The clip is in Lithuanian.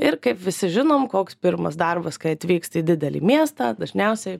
ir kaip visi žinom koks pirmas darbas kai atvyksti į didelį miestą dažniausiai